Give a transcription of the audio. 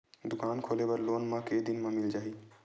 दुकान खोले बर लोन मा के दिन मा मिल जाही?